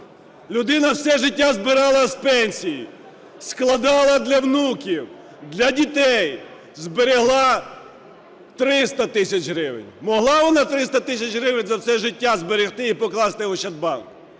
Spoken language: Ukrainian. Людина все життя збирала з пенсії, складала для внуків, для дітей, зберегла 300 тисяч гривень. Могла вона 300 тисяч гривень за все життя зберегти і покласти в Ощадбанк?